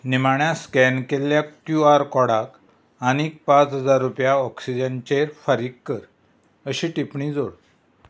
निमाण्या स्कॅन केल्ल्या Q R कोडाक आनी पांच हजार रुपया ऑक्सिजनाचेर फारीक कर टिप अशी टिप्पणी जोड